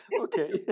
Okay